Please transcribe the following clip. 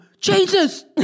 Jesus